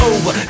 Over